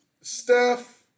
Steph